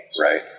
Right